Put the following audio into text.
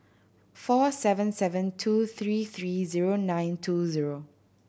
four seven seven two three three zero nine two zero